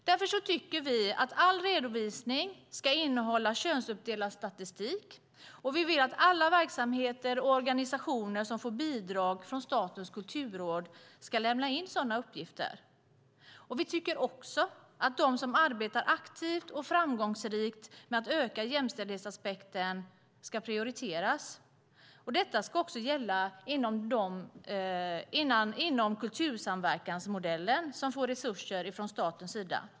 Därför tycker vi att all redovisning ska innehålla könsuppdelad statistik, och vi vill att alla verksamheter och organisationer som får bidrag från Statens kulturråd ska lämna in sådana uppgifter. Vi tycker också att de som arbetar aktivt och framgångsrikt med att öka jämställdhetsaspekten ska prioriteras. Detta ska gälla även inom kultursamverkansmodellen, som får resurser från statens sida.